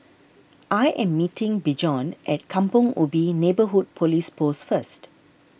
I am meeting Bjorn at Kampong Ubi Neighbourhood Police Post first